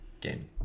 game